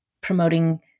promoting